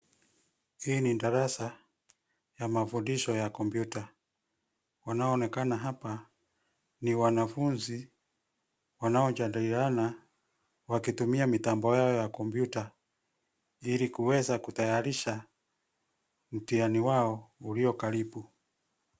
Hii ni darasa, ya mafundisho ya kompyuta, wanaoonekana hapa, ni wanafunzi, wanaojadiliana, wakitumia mitambo yao ya kompyuta, ili kuweza kutayarisha, mtihani wao, uliokaribu.